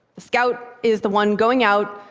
the scout is the one going out,